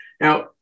now